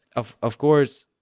of of course.